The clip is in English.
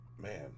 man